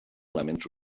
elements